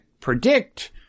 predict